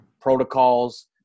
protocols